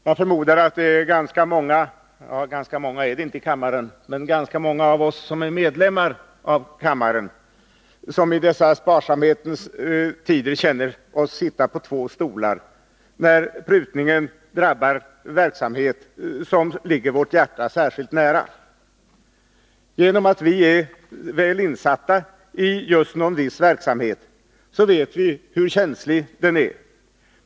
Herr talman! Jag förmodar att ganska många av oss som är medlemmar av kammaren i dessa sparsamhetens tider känner oss sitta på två stolar, när prutningen drabbar verksamhet som ligger vårt hjärta särskilt nära. Genom Nr 107 att vi är väl insatta i en viss verksamhet vet vi hur känslig den är.